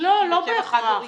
לא בהכרח.